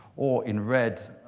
or in red,